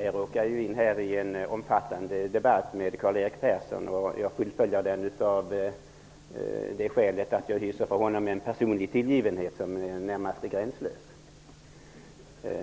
Herr talman! Jag råkar i en omfattande debatt med Karl-Erik Persson. Jag fullföljer den av det skälet att jag för honom hyser en personlig tillgivenhet som närmast är gränslös,